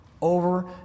over